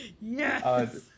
Yes